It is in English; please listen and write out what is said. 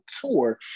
tour